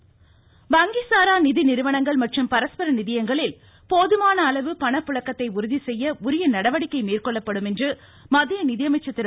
அருண்ஜேட்லி வங்கி சாரா நிதி நிறுவனங்கள் மற்றும் பரஸ்பர நிதியங்களில் போதுமான அளவு பணப்புழக்கத்தை உறுதிசெய்ய உரிய நடவடிக்கை மேற்கொள்ளப்படும் என்று மத்திய நிதியமைச்சர் திரு